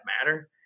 matter